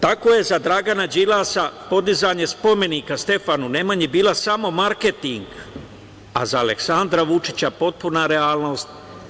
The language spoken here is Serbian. Tako je za Dragana Đilasa podizanje spomenika Stefanu Nemanji bio samo marketing, a za Aleksandra Vučića potpuna realnost.